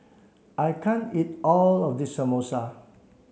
I can't eat all of this Samosa